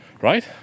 Right